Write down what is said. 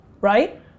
right